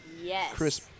Yes